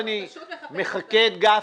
הירקות הקפואים.